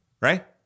right